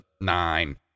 nine